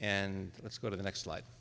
and let's go to the next life